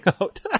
out